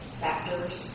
factors